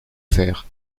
faire